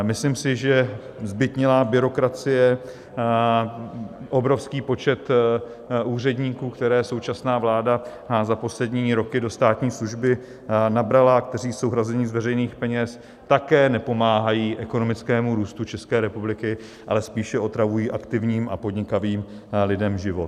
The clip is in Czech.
Myslím si, že zbytnělá byrokracie, obrovský počet úředníků, které současná vláda za poslední roky do státní služby nabrala a kteří jsou hrazeni z veřejných peněz, také nepomáhají ekonomickému růstu České republiky, ale spíše otravují aktivním a podnikavým lidem život.